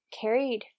carried